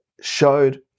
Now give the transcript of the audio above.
showed